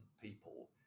people